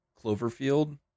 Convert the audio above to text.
Cloverfield